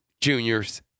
juniors